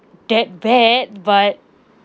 that bad but